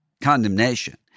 condemnation